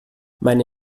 meine